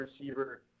receiver